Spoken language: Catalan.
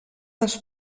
les